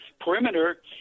perimeter